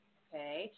okay